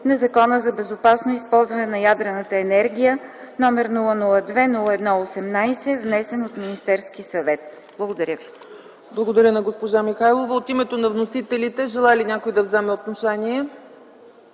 на Закона за безопасно използване на ядрената енергия № 002-01-18, внесен от Министерския съвет.” Благодаря Ви. ПРЕДСЕДАТЕЛ ЦЕЦКА ЦАЧЕВА: Благодаря на госпожа Михайлова. От името на вносителите желае ли някой да вземе отношение?